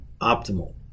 optimal